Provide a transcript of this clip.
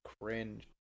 cringe